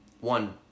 one